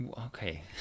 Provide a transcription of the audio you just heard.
Okay